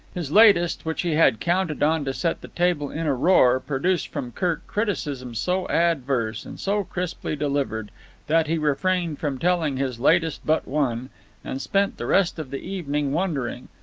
his latest, which he had counted on to set the table in a roar, produced from kirk criticism so adverse and so crisply delivered that he refrained from telling his latest but one and spent the rest of the evening wondering,